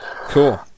Cool